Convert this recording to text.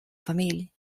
familj